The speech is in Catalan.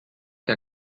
que